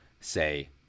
say